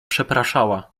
przepraszała